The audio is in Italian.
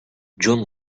john